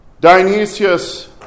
Dionysius